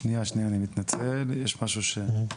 שנייה, שנייה,